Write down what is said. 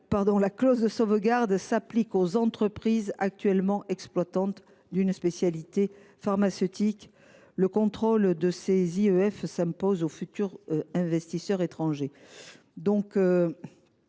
la clause de sauvegarde s’applique aux sociétés actuellement exploitantes d’une spécialité pharmaceutique, le contrôle des IEF s’impose aux futurs investisseurs étrangers.